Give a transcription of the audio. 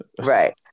Right